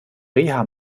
reha